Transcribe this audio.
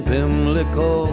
Pimlico